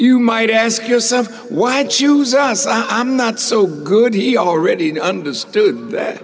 you might ask yourself why choose us i'm not so good he already understood that